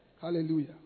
Hallelujah